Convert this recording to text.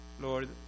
Lord